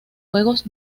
juegos